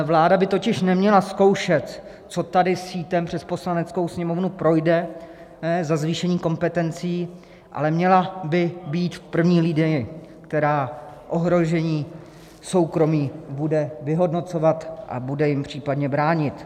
Vláda by totiž neměla zkoušet, co tady sítem přes Poslaneckou sněmovnu projde za zvýšení kompetencí, ale měla by být v první linii, která ohrožení soukromí bude vyhodnocovat a bude jim případně bránit.